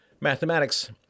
mathematics